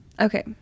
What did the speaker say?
Okay